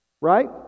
Right